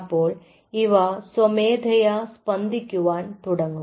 അപ്പോൾ ഇവ സ്വമേധയാ സ്പന്ദിക്കുവാൻ തുടങ്ങും